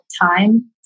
time